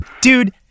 Dude